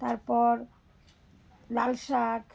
তারপর লাল শাক